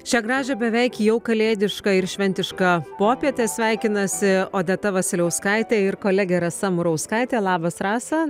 šią gražią beveik jau kalėdišką ir šventišką popietę sveikinasi odeta vasiliauskaitė ir kolegė rasa murauskaitė labas rasa